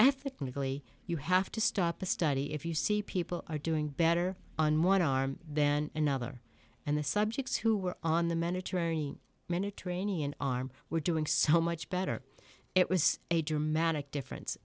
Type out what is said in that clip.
ethically you have to stop the study if you see people are doing better on one arm then another and the subjects who were on the mediterranean mediterranean arm were doing so much better it was a dramatic difference